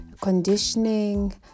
conditioning